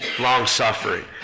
long-suffering